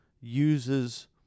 uses